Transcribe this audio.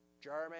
German